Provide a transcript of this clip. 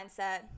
mindset